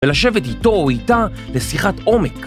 ולשבת איתו או איתה לשיחת עומק